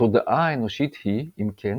התודעה האנושית היא, אם כן,